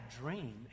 dream